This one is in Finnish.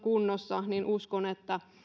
kunnossa niin